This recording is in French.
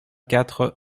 quatre